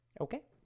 Okay